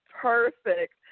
perfect